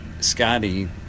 Scotty